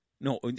no